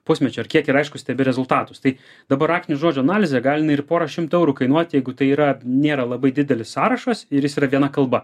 pusmečioar kiek ir aišku stebi rezultatus tai dabar raktinių žodžių analizė gali jinai ir porą šimtų eurų kainuot jeigu tai yra nėra labai didelis sąrašas ir jis yra viena kalba